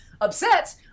upset